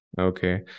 okay